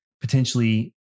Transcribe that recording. potentially